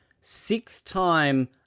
six-time